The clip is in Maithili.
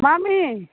मामी